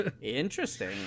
interesting